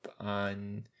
on